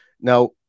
Now